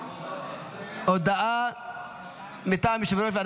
מס' 38) (הודעה ללקוח על יתרת זכות בחשבון עובר ושב),